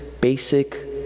basic